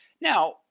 Now